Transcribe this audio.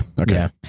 okay